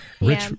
Rich